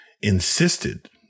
insisted